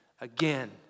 again